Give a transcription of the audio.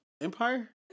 Empire